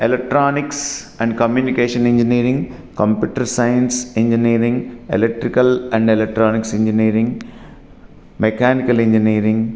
electronics and communication engineering computer science engineering electrical and electronics engineering mechanical engineering